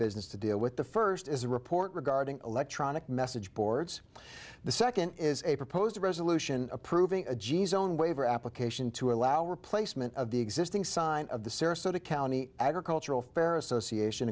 business to deal with the first is a report regarding electronic message boards the second is a proposed resolution approving a g s own waiver application to allow replacement of the existing sign of the sarasota county agricultural fair association